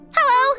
Hello